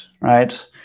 right